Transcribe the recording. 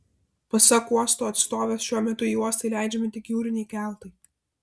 pasak uosto atstovės šiuo metu į uostą įleidžiami tik jūriniai keltai